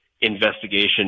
investigation